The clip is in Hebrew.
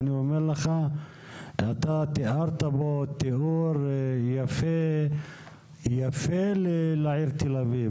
אני אומר לך שאתה תיארת פה תיאור יפה לעיר תל אביב,